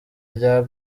rya